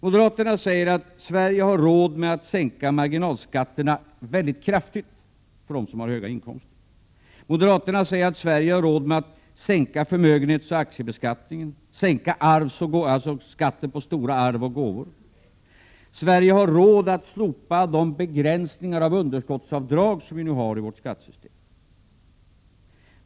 Moderaterna säger att Sverige har råd med att sänka marginalskatterna mycket kraftigt för dem som har höga inkomster. Moderaterna säger vidare att Sverige har råd med att sänka förmögenhetsoch aktiebeskattningen liksom med att sänka skatten på stora arv och gåvor. Sverige skulle dessutom ha råd med att slopa de begränsningar i underskottsavdragen som vi nu har i vårt skattesystem.